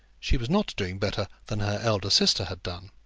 she was not doing better than her elder sister had done.